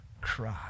cry